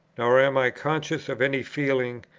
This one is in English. nor am i conscious of any feeling,